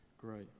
Great